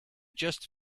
just